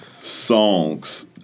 songs